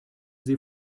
sie